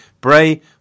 Bray